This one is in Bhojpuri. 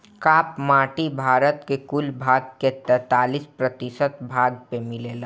काप माटी भारत के कुल भाग के तैंतालीस प्रतिशत भाग पे मिलेला